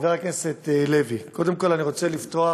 חבר הכנסת לוי, קודם כול אני רוצה לפתוח